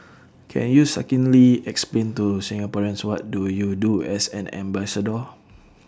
can you succinctly explain to Singaporeans what do you do as an ambassador